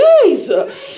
Jesus